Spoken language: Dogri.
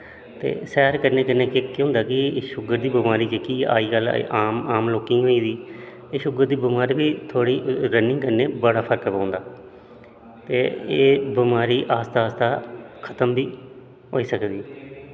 ते सैर करने कन्नै केह् होंदा एह् शुगर दी बमारी जेह्की अज्जकल आम आम लोकें गी होई गेदी एह् शुगर दी बमारी बी थुआढ़ी रनिंग कन्नै बड़ा फर्क पौंदा ते एह् बमारी आहिस्ता आहिस्ता खतम बी होई सकदी